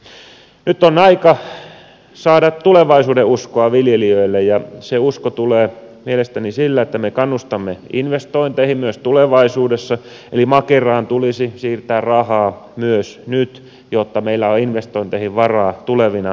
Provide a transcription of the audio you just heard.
nyt on aika saada tulevaisuudenuskoa viljelijöille ja se usko tulee mielestäni sillä että me kannustamme investointeihin myös tulevaisuudessa eli makeraan tulisi siirtää rahaa myös nyt jotta meillä on investointeihin varaa tulevina vuosina